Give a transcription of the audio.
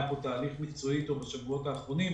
היה פה תהליך מקצועי איתו בשבועות האחרונים.